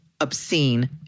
obscene